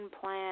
plan